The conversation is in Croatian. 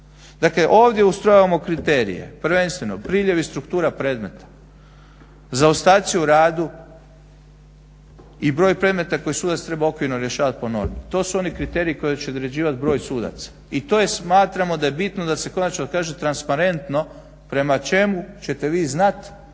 Dakle ovdje ustrojavamo kriterije, prvenstveno priljev i struktura predmeta, zaostaci u radu i broj predmeta koje sudac treba okvirno rješavat po normi. To su oni kriteriji koji će određivat broj sudaca i to smatramo da je bitno da se konačno kaže transparentno, prema čemu ćete vi znati